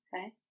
Okay